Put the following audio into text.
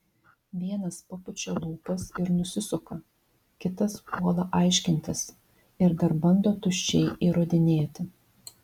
vienas papučia lūpas ir nusisuka kitas puola aiškintis ir dar bando tuščiai įrodinėti